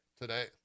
today